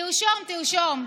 תרשום, תרשום: